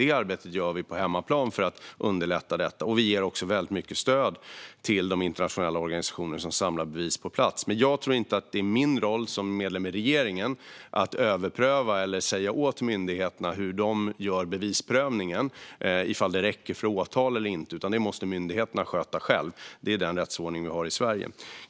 Det arbetet gör vi på hemmaplan för att underlätta detta. Vi ger också väldigt mycket stöd till de internationella organisationer som samlar bevis på plats. Jag tror inte att det är min roll som medlem av regeringen att överpröva hur myndigheterna gör bevisprövningen eller att säga åt myndigheterna hur de ska göra den samt huruvida det räcker för åtal. Detta måste myndigheterna sköta själva; det är den rättsordning vi har i Sverige.